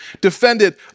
defended